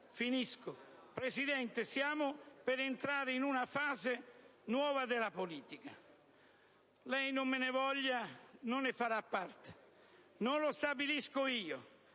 sarà. Presidente, stiamo per entrare in una fase nuova della politica. Non me ne voglia, ma lei non ne farà parte. Non lo stabilisco io,